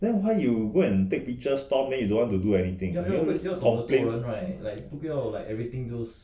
then why you go and take picture stomp then you don't want to do anything then complain complain